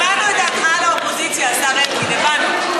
שמענו את דעתך על האופוזיציה, השר אלקין, הבנו.